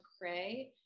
pray